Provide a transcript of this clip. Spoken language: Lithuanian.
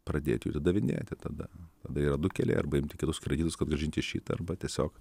pradėt jų atidavinėti tada tada yra du keliai arba imti kitus kreditus kad grąžinti šitą arba tiesiog